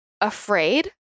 afraid